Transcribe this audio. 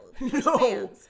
no